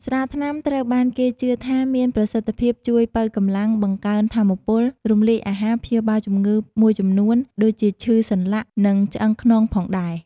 ស្រាថ្នាំត្រូវបានគេជឿថាមានប្រសិទ្ធភាពជួយ ប៉ូវកម្លាំង បង្កើនថាមពល រំលាយអាហារ ព្យាបាលជំងឺមួយចំនួន ដូចជាឈឺសន្លាក់ និងឈឺខ្នងផងដែរ។